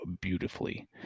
beautifully